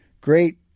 great